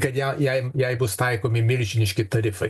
kad ją jai jai bus taikomi milžiniški tarifai